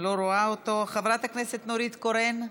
לא רואה אותו, חברת הכנסת נורית קורן,